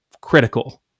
critical